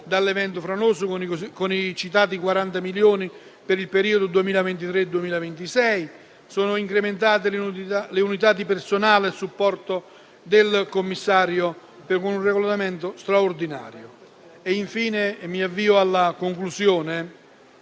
dall'evento franoso, con i citati 40 milioni per il periodo 2023-2026. Sono incrementate le unità di personale a supporto del commissario per un regolamento straordinario. Infine - e mi avvio alla conclusione